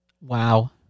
Wow